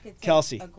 Kelsey